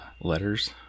letters